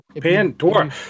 Pandora